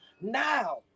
Now